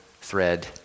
thread